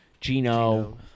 Gino